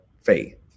faith